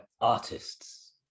artists